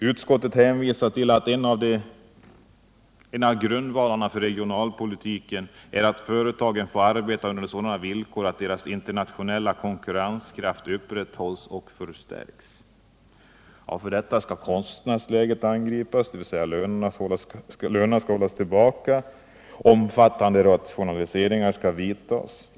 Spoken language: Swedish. Utskottet hänvisar till att en av grundvalarna för regionalpolitiken är att företagen får arbeta under sådana villkor att deras internationella konkurrenskraft upprätthålls och förstärks. För detta skall kostnadsläget angripas, dvs. lönerna skall hållas tillbaka och omfattande rationaliseringar vidtas.